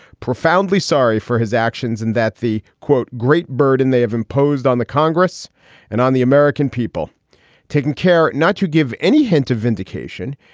profoundly sorry for his actions and that the, quote, great burden they have imposed on the congress and on the american people taking care not to give any hint of vindication.